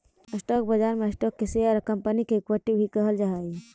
stock बाजार में stock के शेयर या कंपनी के इक्विटी भी कहल जा हइ